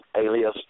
alias